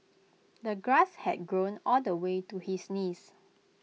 the grass had grown all the way to his knees